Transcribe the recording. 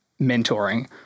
mentoring